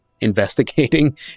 investigating